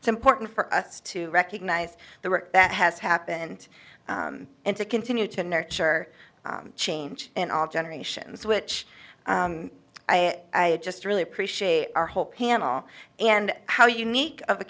it's important for us to recognize the work that has happened and to continue to nurture change in all generations which i just really appreciate our whole panel and how unique of